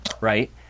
right